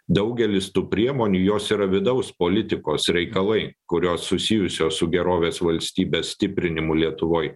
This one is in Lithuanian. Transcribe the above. daugelis tų priemonių jos yra vidaus politikos reikalai kurios susijusios su gerovės valstybės stiprinimu lietuvoj